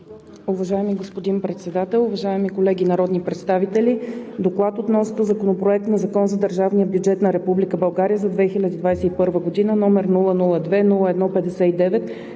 Уважаеми господин Председател, уважаеми колеги народни представители! „ДОКЛАД относно Законопроект за държавния бюджет на Република България за 2021 г., № 002-01-59,